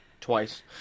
twice